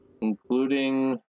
Including